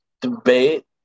debate